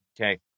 okay